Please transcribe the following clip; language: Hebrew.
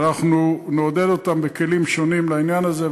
ואנחנו נעודד אותם בכלים שונים לעניין הזה,